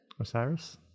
Osiris